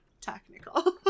technical